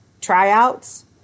tryouts